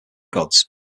gods